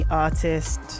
Artist